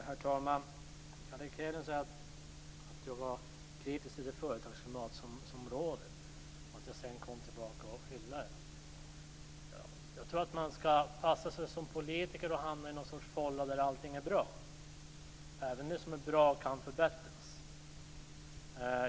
Herr talman! Carl Erik Hedlund säger att jag först var kritisk till det företagsklimat som råder och att jag sedan kom tillbaka och hyllade det. Jag tror att man som politiker skall passa sig för att hamna i en sorts fålla där allting är bra. Även det som är bra kan ju förbättras.